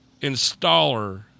installer